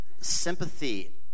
Sympathy